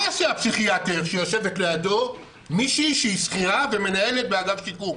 מה עשה הפסיכיאטר שיושבת לידו מישהי שהיא שכירה ומנהלת באגף שיקום,